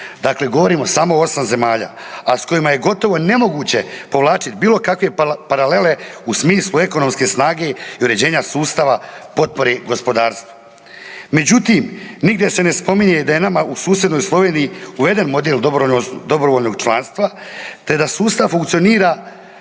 Dakle, govorimo o samo 8 zemalja, a s kojima je gotovo nemoguće povlačiti bilo kakve paralele u smislu ekonomske snage i uređenja sustava potpore gospodarstvu. Međutim, nigdje se ne spominje da je nama u susjednoj Sloveniji uveden model dobrovoljnog članstva te da sustav funkcionira